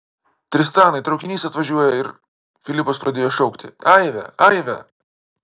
tristanai traukinys atvažiuoja ir filipas pradėjo šaukti aive aive